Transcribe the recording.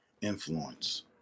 influence